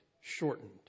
shortened